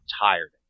tired